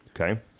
Okay